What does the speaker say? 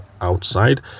outside